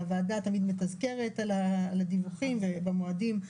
והוועדה תמיד מתזכרת על הדיווחים במועדים.